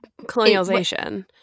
colonialization